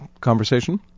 conversation